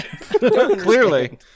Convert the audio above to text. Clearly